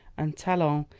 and talon,